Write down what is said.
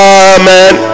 amen